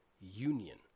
union